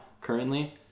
currently